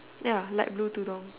ya like blue tudung